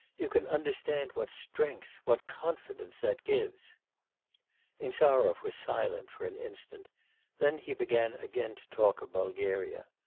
you can understand what strength, what confidence that gives insarov was silent for an instant then he began again to talk of bulgaria.